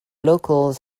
locals